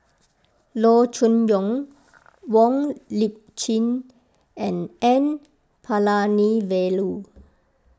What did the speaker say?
Loo Choon Yong Wong Lip Chin and N Palanivelu